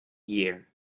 year